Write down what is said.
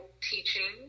teaching